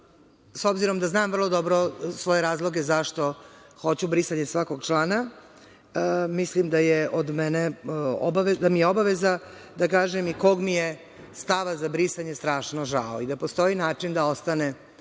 obzirom da znam vrlo dobro svoje razloge zašto hoću brisanje svakog člana. Mislim da mi je obaveza da kažem i kog mi je stava za brisanje strašno žao. Da postoji način da ostane